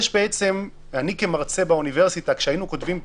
אני, כמרצה באוניברסיטה, כשהיינו כותבים בחינה,